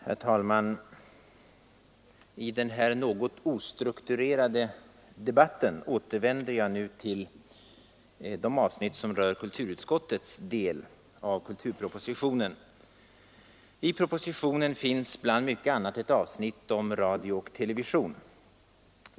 Herr talman! I den här något ostrukturerade debatten återvänder jag nu till de avsnitt som rör kulturutskottets del av kulturpropositionen. I propositionen finns bland mycket annat ett avsnitt om radio och television.